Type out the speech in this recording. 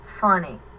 funny